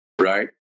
right